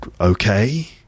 Okay